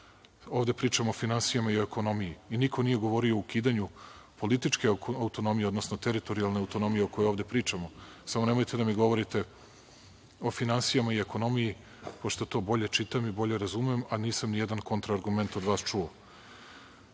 Ovde pričamo o finansijama i ekonomiji i niko nije govorio o ukidanju političke autonomije, odnosno teritorijalne autonomije o kojoj ovde pričamo. Samo nemojte da mi govorite o finansijama i ekonomiji, pošto to bolje čitam i bolje razumem, a nisam ni jedan kontra-argument od vas čuo.I,